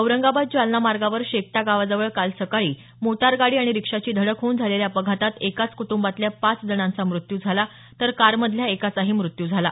औरंगाबाद जालना मार्गावर शेकटा गावाजवळ काल सकाळी मोटारगाडी आणि रिक्षाची धडक होऊन झालेल्या अपघातात एकाच कुटंबातल्या पाच जणांचा मृत्यू झाला तर कारमधल्या एकाचाही मृत्यू झाला